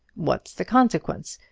what's the consequence?